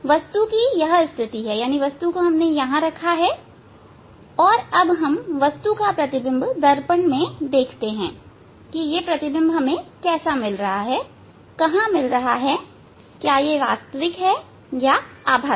यहां वस्तु की यह स्थिति है और अब हम वस्तु का प्रतिबिंब दर्पण में देखते हैं कि यह प्रतिबिंब कैसे मिलता है कहां मिलता है क्या यह वास्तविक है या आभासी